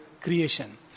creation